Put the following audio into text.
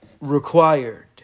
required